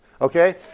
Okay